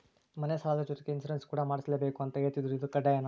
ಮನೆ ಸಾಲದ ಜೊತೆಗೆ ಇನ್ಸುರೆನ್ಸ್ ಕೂಡ ಮಾಡ್ಸಲೇಬೇಕು ಅಂತ ಹೇಳಿದ್ರು ಇದು ಕಡ್ಡಾಯನಾ?